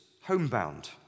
homebound